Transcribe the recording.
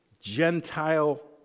Gentile